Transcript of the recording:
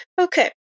okay